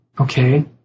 Okay